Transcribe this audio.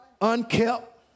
unkept